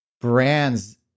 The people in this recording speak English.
brands